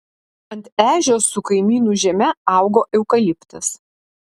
ant ežios su kaimynų žeme augo eukaliptas